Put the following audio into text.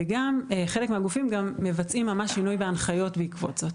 וגם חלק מהגופים גם מבצעים ממש שינוי והנחיות בעקבות זאת.